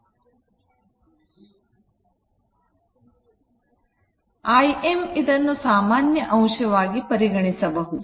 Im ಇದನ್ನು ಸಾಮಾನ್ಯ ಅಂಶವಾಗಿ ಪರಿಗಣಿಸಬಹುದು